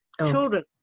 children